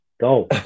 Go